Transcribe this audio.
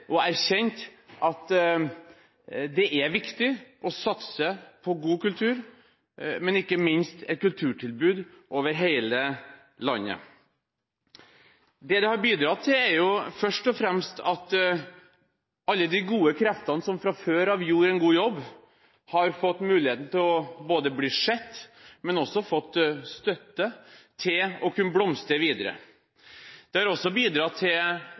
og erkjent at det er viktig å satse på god kultur, og ikke minst på et kulturtilbud over hele landet. Det det har bidratt til, er jo først og fremst at alle de gode kreftene, som fra før gjorde en god jobb, har fått både muligheten til å bli sett og støtte til å kunne blomstre videre. Det har også bidratt til